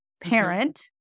parent